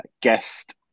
guest